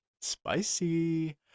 Spicy